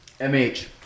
MH